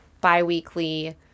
bi-weekly